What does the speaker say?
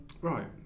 Right